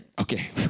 Okay